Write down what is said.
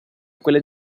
quelle